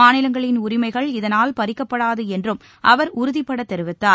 மாநிலங்களின் உரிமைகள் இதனால் பறிக்கப்படாது என்றும் அவர் உறுதிபட தெரிவித்தார்